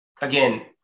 again